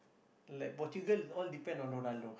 like Portugal is all depend on Ronaldo